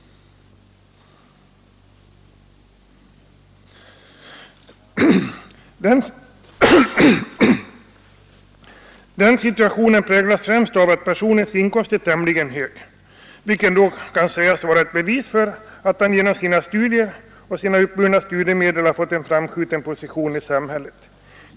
Den situationen präglas främst av att personens inkomst är tämligen hög, vilket då kan sägas vara ett bevis för att han genom sina studier och uppburna studiemedel har fått en framskjuten position i samhället.